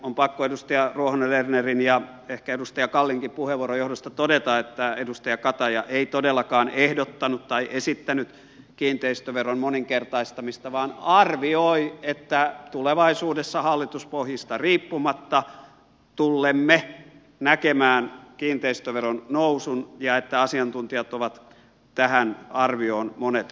on pakko edustaja ruohonen lernerin ja ehkä edustaja kallinkin puheenvuoron johdosta todeta että edustaja kataja ei todellakaan ehdottanut tai esittänyt kiinteistöveron moninkertaistamista vaan arvioi että tulevaisuudessa hallituspohjista riippumatta tullemme näkemään kiinteistöveron nousun ja että monet asiantuntijat ovat tähän arvioon päätyneet